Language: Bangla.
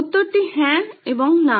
উত্তরটি হ্যাঁ এবং না